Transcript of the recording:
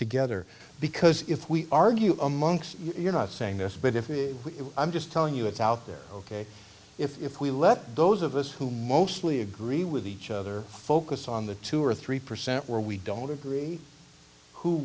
together because if we argue amongst you're not saying this but if i'm just telling you it's out there ok if we let those of us who mostly agree with each other focus on the two or three percent where we don't agree who